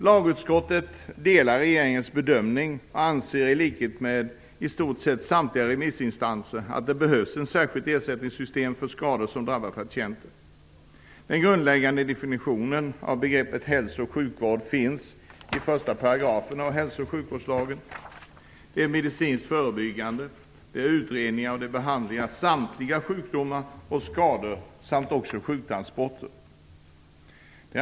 Lagutskottet delar regeringens bedömning och anser i likhet med i stort sett samtliga remissinstanser att det behövs ett särskilt ersättningssystem för skador som drabbar patienter. Den grundläggande definitionen av begreppet hälso och sjukvård finns i 1 § i hälso och sjukvårdslagen. Begreppet innebär medicinskt förebyggande åtgärder, utredning och behandling av samtliga sjukdomar och skador samt sjuktransporter.